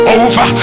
over